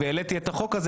והעליתי את החוק הזה.